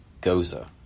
Goza